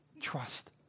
Trust